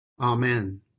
Amen